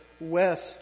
West